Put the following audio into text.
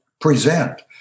present